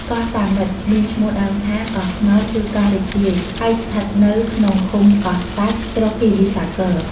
កោះសាមិត្ត មានឈ្មោះដើមថា "កោះខ្មោច" ឬ "កោះរីករាយ" ហើយស្ថិតនៅក្នុងឃុំកោះស្តេច ស្រុកគិរីសាគរ។